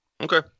Okay